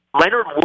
Leonard